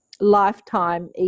lifetime